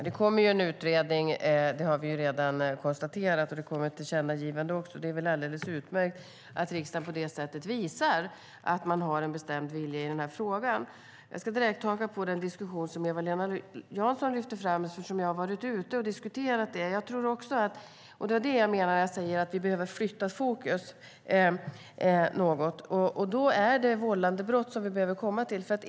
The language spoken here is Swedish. Herr talman! Vi har ju redan konstaterat att det kommer en utredning och också ett tillkännagivande. Det är väl alldeles utmärkt att riksdagen på det sättet visar att man har en bestämd linje i den här frågan. Jag vill haka på den diskussion som Eva-Lena Jansson tog upp. Jag har varit ute och diskuterat detta i olika sammanhang. Det är det jag menar när jag säger att vi behöver flytta fokus något. Det kan då bli fråga om vållandebrott.